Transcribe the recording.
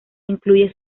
incluye